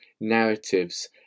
narratives